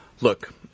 Look